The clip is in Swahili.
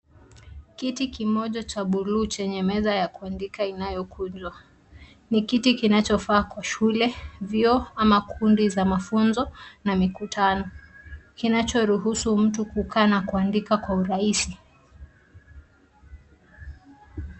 Kiti kimoja cha bluu chenye meza ya kuandika inayokunjwa. Ni kiti kinachofaa kwa shule, vyuo ama kundi za mafunzo na mikutano; kinachoruhusu mtu kukaa na kuandika kwa urahisi.